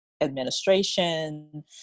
administration